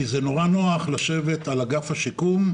כי נורא נוח "לשבת" על אגף השיקום,